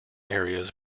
areas